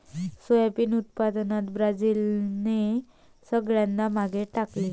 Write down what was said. soybean उत्पादनात ब्राझीलने सगळ्यांना मागे टाकले